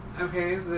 Okay